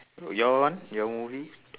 your one your movie